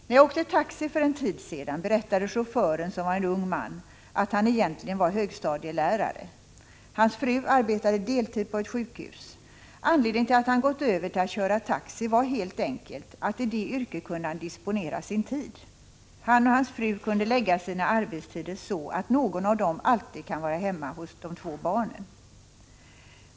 När jag åkte taxi för en tid sedan berättade chauffören, som var en ung man, att han egentligen var högstadielärare. Hans fru arbetade deltid på ett sjukhus. Anledningen till att han hade gått över till att köra taxi var helt enkelt att han i det yrket kunde disponera sin tid. Han och hans fru kunde förlägga sina arbetstider så att någon av dem alltid kunde vara hemma hos de två barnen.